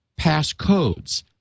passcodes